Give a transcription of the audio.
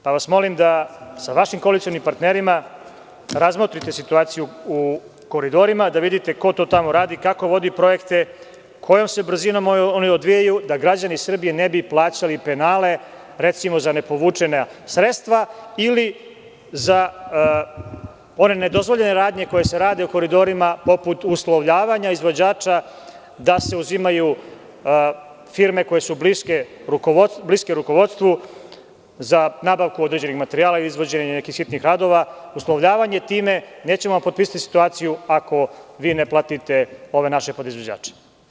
Molim vas da sa vašim koalicionim partnerima razmotrite situaciju u „Koridorima“, da vidite ko to tamo radi, kako vodi projekte, kojom se brzinom oni odvijaju, da građani Srbije ne bi plaćali penale, recimo, za nepovučena sredstva ili za one nedozvoljene radnje koje se rade u „Koridorima“, poput uslovljavanja izvođača da se uzimaju firme koje su bliske rukovodstvu za nabavku određenih materijala i izvođenje nekih sitnih radova, uslovljavanja time – nećemo vam potpisati situaciju ako vi ne platite ove naše podizvođače.